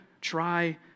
try